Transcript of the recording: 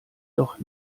doch